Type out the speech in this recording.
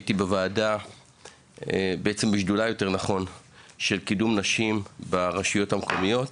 כרגע הייתי בשדולה של קידום נשים ברשויות המקומיות.